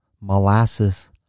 molasses